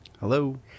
Hello